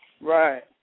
Right